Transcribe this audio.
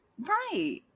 Right